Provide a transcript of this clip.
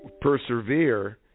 persevere